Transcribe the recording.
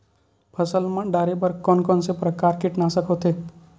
फसल मा डारेबर कोन कौन प्रकार के कीटनाशक होथे?